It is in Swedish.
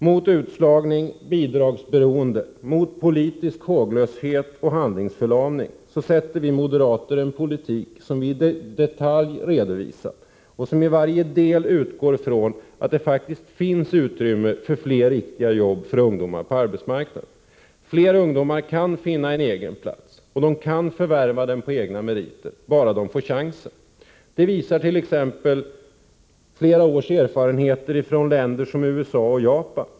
Mot utslagning, bidragsberoende, politisk håglöshet och handlingsförlamning sätter vi moderater en politik som vi i detalj redovisat och som i varje del utgår från att det faktiskt finns utrymme för fler riktiga jobb för ungdomar på arbetsmarknaden. Fler ungdomar kan finna en egen plats, och de kan förvärva den på egna meriter, bara de får chansen. Det visar t.ex. flera års erfarenheter från länder som USA och Japan.